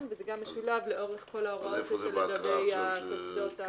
וזה גם משולב לאורך כל ההוראות לגבי הקסדות.